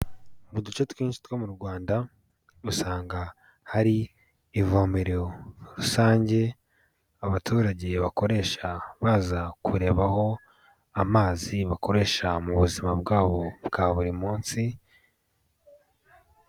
Uduce twinshi two mu Rwanda, usanga hari ivomero rusange, abaturage bakoresha baza kurebaho amazi bakoresha mu buzima bwabo bwa buri munsi.